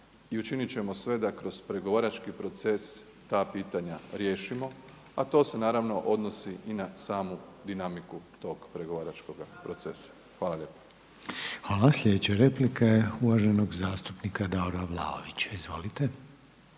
i učinit ćemo sve da kroz pregovarački proces ta pitanja riješimo, a to se naravno odnosi i na samu dinamiku tog pregovaračkog procesa. Hvala lijepo. **Reiner, Željko (HDZ)** Hvala. Sljedeća replika je uvaženog zastupnika Davora Vlaovića. Izvolite.